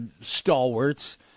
stalwarts